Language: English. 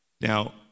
Now